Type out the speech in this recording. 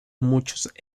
muchos